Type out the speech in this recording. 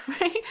right